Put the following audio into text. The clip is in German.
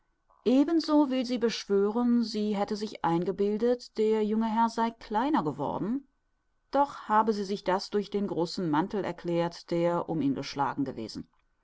so will sie beschwören sie hätte sich eingebildet der junge herr sei kleiner geworden doch habe sie sich das durch den großen mantel erklärt der um ihn geschlagen gewesen